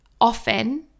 often